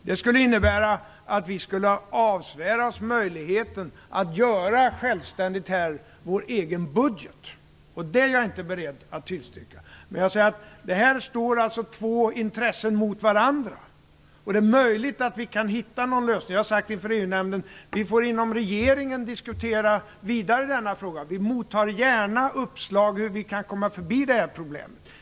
Det skulle innebära att vi avsvor oss möjligheten att självständigt göra vår egen budget. Det är jag inte beredd att tillstyrka. Här står alltså två intressen mot varandra, och det är möjligt att vi kan hitta en lösning. Jag har inför EU nämnden sagt att vi inom regeringen får diskutera denna fråga vidare. Vi mottar gärna uppslag gällande hur vi kan komma förbi problemet.